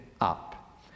up